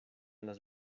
las